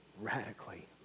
radically